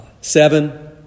seven